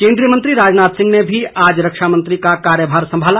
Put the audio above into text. केन्द्रीय मंत्री राजनाथ सिंह ने भी आज रक्षामंत्री का कार्यभार संभाला